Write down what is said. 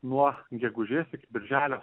nuo gegužės iki birželio